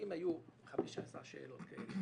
כלומר, אם היו 15 שאלות כאלה